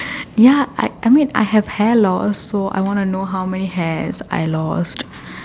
ya I I mean I have hair lost so I want to know how many hairs I lost